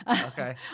okay